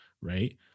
Right